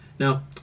Now